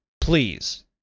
Please